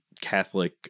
Catholic